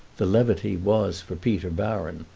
the levity was for peter baron,